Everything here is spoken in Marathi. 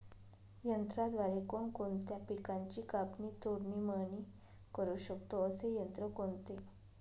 यंत्राद्वारे कोणकोणत्या पिकांची कापणी, तोडणी, मळणी करु शकतो, असे यंत्र कोणते?